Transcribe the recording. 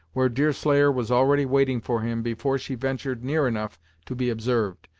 where deerslayer was already waiting for him, before she ventured near enough to be observed.